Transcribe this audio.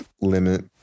limit